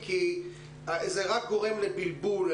כי זה רק גורם לבלבול.